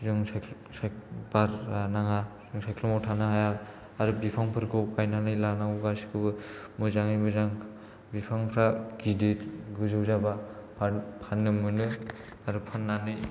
जों बार जानो हाया जों सायख्लुमाव थानो हाया आरो बिफांफोरखौ गायनानै लानांगौ गासिखौबो मोजाङै मोजां बिफांफ्रा गिदिर गोजौ जाबा आर फाननोबो मोनगोन आरो फाननानै